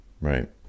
Right